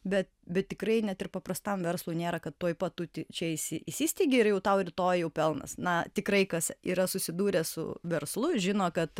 bet bet tikrai net ir paprastam verslui nėra kad tuoj pat tu ti čia įsi įsisteigi ir jau tau rytoj jau pelnas na tikrai kas yra susidūrę su verslu žino kad